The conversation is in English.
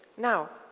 now,